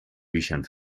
büchern